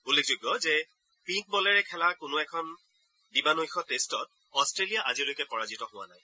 উল্লেখযোগ্য যে পিংক বলেৰে খেলা কোনো এখন দিবা নৈশ টেষ্টত অট্টেলিয়া আজিলৈকে পৰাজিত হোৱা নাই